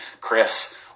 Chris